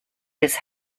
his